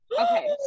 Okay